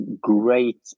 great